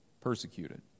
Persecuted